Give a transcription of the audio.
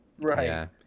Right